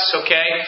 okay